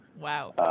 wow